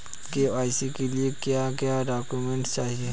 KYC के लिए क्या क्या डॉक्यूमेंट चाहिए?